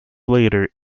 later